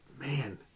man